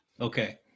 Okay